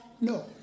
No